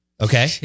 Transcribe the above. Okay